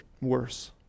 worse